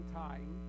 time